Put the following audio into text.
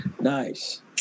nice